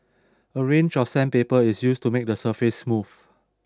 a range of sandpaper is used to make the surface smooth